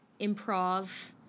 improv